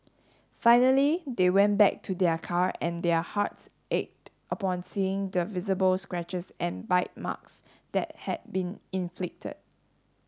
finally they went back to their car and their hearts ached upon seeing the visible scratches and bite marks that had been inflicted